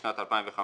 בשנת 2015